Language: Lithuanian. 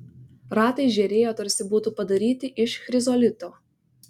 ratai žėrėjo tarsi būtų padaryti iš chrizolito